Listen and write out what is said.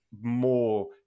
more